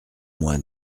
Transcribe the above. moins